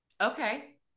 Okay